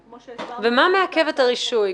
מה מעכב את הרישוי?